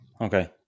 Okay